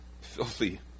filthy